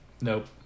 Nope